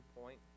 point